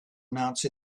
announce